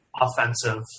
offensive